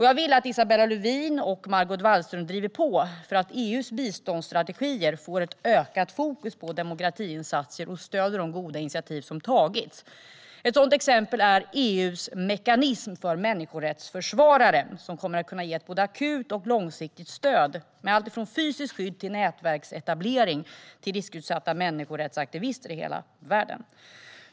Jag vill att Isabella Lövin och Margot Wallström driver på för att EU:s biståndsstrategier får ett ökat fokus på demokratiinsatser och stöder de goda initiativ som tagits. Ett sådant exempel är EU:s mekanism för människorättsförsvarare, som kommer att kunna ge både akut och långsiktigt stöd - allt från fysiskt skydd till nätverksetablering - till riskutsatta människorättsaktivister i hela världen.